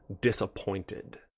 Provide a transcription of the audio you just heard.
disappointed